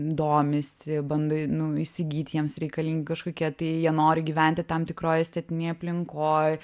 domisi bando nu įsigyt jiems reikalingi kažkokie tai jie nori gyventi tam tikroj estetinėj aplinkoj